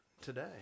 today